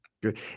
Good